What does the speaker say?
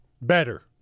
Better